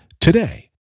today